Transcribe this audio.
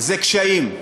זה קשיים,